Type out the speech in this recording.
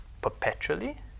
perpetually